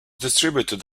distributed